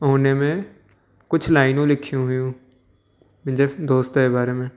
ऐं उनमें कुझु लाइनूं लिखियूं हुइयूं मुंहिंजे दोस्त जे बारे में